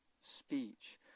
speech